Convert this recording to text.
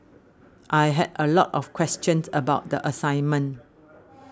I had a lot of questions about the assignment